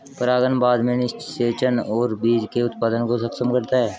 परागण बाद में निषेचन और बीज के उत्पादन को सक्षम करता है